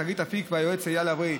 שגית אפיק וליועץ אייל לב-ארי.